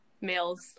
males